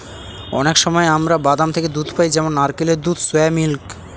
অনেক সময় আমরা বাদাম থেকে দুধ পাই যেমন নারকেলের দুধ, সোয়া মিল্ক